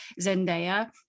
Zendaya